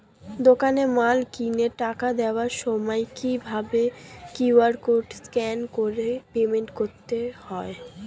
দোকানে মাল কিনে টাকা দেওয়ার সময় কিভাবে কিউ.আর কোড স্ক্যান করে পেমেন্ট করতে হয়?